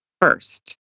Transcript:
first